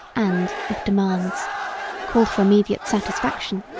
and of demands called for immediate satisfaction,